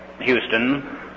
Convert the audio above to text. Houston